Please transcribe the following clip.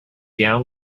down